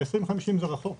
2050 זה רחוק,